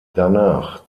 danach